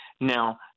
Now